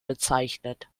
bezeichnet